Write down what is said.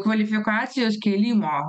kvalifikacijos kėlimo